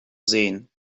sehen